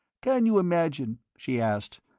can you imagine, she asked,